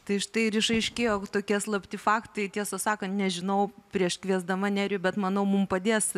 tai štai ir išaiškėjo tokie slapti faktai tiesą sakant nežinau prieš kviesdama nerijų bet manau mum padės